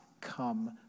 come